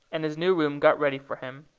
and his new room got ready for him.